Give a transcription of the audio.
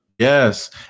yes